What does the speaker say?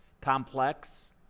complex